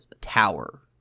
tower